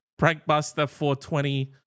prankbuster420